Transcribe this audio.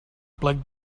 plec